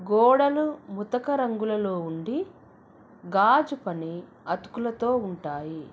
గోడలు ముతక రంగులలో ఉండి గాజు పని అతుకులతో ఉంటాయి